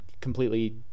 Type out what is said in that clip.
completely